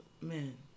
Man